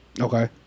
Okay